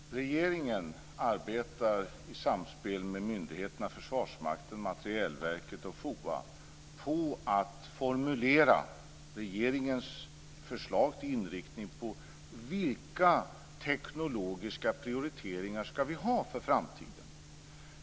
Fru talman! Regeringen arbetar i samspel med myndigheterna Försvarsmakten, Materielverket och FOA på att formulera regeringens förslag till inriktning på vilka teknologiska prioriteringar som vi ska göra för framtiden.